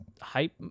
hype